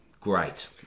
great